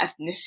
ethnicity